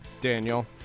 Daniel